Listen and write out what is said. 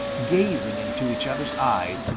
gazing into each other's eyes,